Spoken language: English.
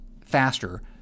faster